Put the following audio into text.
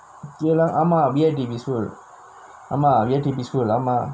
geylang ஆமா:aamaa B_R_T_B school ஆமா:aamaa B_R_T_B school ஆமா:aamaa